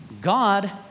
God